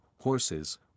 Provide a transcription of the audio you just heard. horses